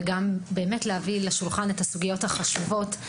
ועל הבאת הסוגיות החשובות לשולחן.